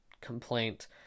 complaint